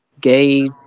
gay